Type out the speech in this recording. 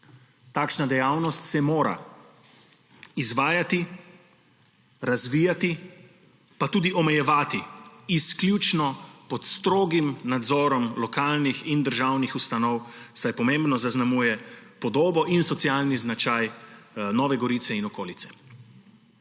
Takšna dejavnost se mora izvajati, razvijati, pa tudi omejevati izključno pod strogim nadzorom lokalnih in državnih ustanov, saj pomembno zaznamuje podobo in socialni značaj Nove Gorice in okolice.